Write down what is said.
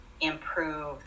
improve